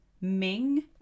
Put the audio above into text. Ming